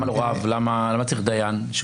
למה צריך דיין?